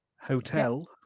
Hotel